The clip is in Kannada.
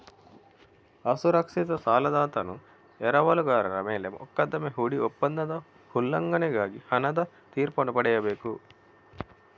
ಅಸುರಕ್ಷಿತ ಸಾಲದಾತನು ಎರವಲುಗಾರನ ಮೇಲೆ ಮೊಕದ್ದಮೆ ಹೂಡಿ ಒಪ್ಪಂದದ ಉಲ್ಲಂಘನೆಗಾಗಿ ಹಣದ ತೀರ್ಪನ್ನು ಪಡೆಯಬೇಕು